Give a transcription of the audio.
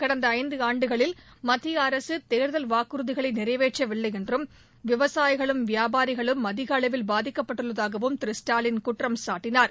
கடந்த ஐந்து ஆண்டுகளில் மத்திய அரசு தேர்தல் வாக்குறதிகளை நிறைவேற்றவில்லை என்றும் விவசாயிகளும் வியாபாரிகளும் அதிக அளவில் பாதிக்கப்பட்டுள்ளதாகவும் திரு ஸ்டாலின் குற்றம்சாட்டினார்